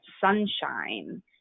sunshine